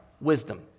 Wisdom